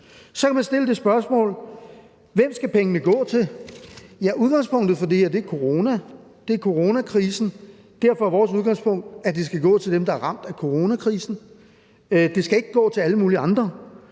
Så kan man stille det spørgsmål: Hvem skal pengene gå til? Ja, udgangspunktet for det her er coronakrisen. Derfor er vores udgangspunkt, at det skal gå til dem, der er ramt af coronakrisen. Det skal ikke gå til alle mulige andre.